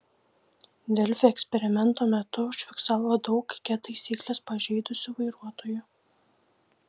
delfi eksperimento metu užfiksavo daug ket taisykles pažeidusių vairuotojų